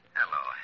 Hello